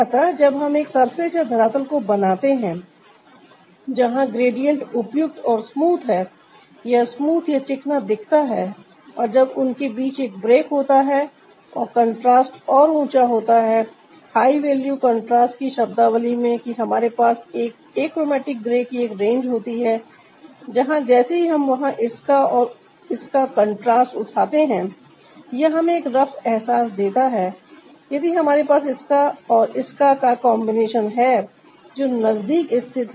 अतः जब हम एक सरफेस या धरातल को बनाते हैं जहां ग्रेडियंट उपयुक्त और स्मूथ है यह स्मूथ या चिकना दिखता है और जब उनके बीच एक ब्रेक होता है और कंट्रास्ट और ऊंचा होता है हाई वैल्यू कंट्रास्ट की शब्दावली में कि हमारे पास एक अच्रोमातिक ग्रे की एक रेंज होती है जहां जैसे ही हम वहां इसका और इसका कंट्रास्ट उठाते है यह हमें एक रफ अहसास देता है यदि हमारे पास इसका और इसका का कांबिनेशन combination है जो नजदीक स्थित हैं